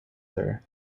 her